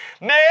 Man